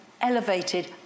elevated